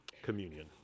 Communion